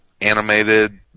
animated